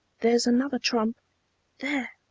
there's another trump there,